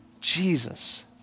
Jesus